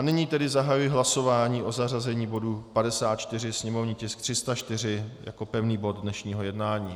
Nyní tedy zahajuji hlasování o zařazení bodu 54, sněmovní tisk 304 jako pevný bod dnešního jednání.